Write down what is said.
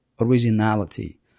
originality